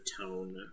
tone